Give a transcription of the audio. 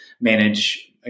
manage